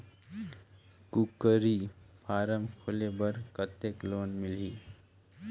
कूकरी फारम खोले बर कतेक लोन मिलही?